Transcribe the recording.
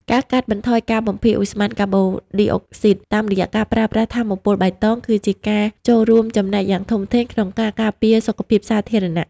ការកាត់បន្ថយការបំភាយឧស្ម័នកាបូនឌីអុកស៊ីតតាមរយៈការប្រើប្រាស់ថាមពលបៃតង គឺជាការចូលរួមចំណែកយ៉ាងធំធេងក្នុងការការពារសុខភាពសាធារណៈ។